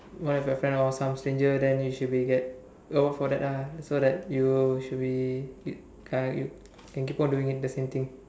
one of your friend or some stranger then you should be get award for that ah so that you should be you uh you can keep on doing the same thing